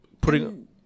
putting